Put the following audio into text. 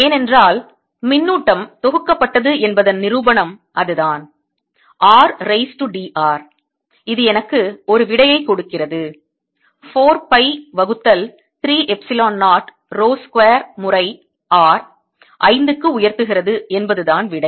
ஏனென்றால் மின்னூட்டம் தொகுக்கப்பட்டது என்பதன் நிரூபணம் அதுதான் r raise to d r இது எனக்கு ஒரு விடையைக் கொடுக்கிறது 4 பை வகுத்தல் 3 எப்சிலோன் 0 ரோ ஸ்கொயர் முறை R 5 க்கு உயர்த்துகிறது என்பதுதான் விடை